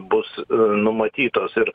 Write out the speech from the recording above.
bus numatytos ir